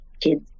kids